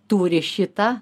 turi šitą